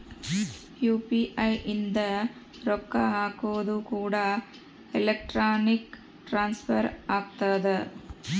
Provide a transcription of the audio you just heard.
UPI ಇಂದ ರೊಕ್ಕ ಹಕೋದು ಕೂಡ ಎಲೆಕ್ಟ್ರಾನಿಕ್ ಟ್ರಾನ್ಸ್ಫರ್ ಆಗ್ತದ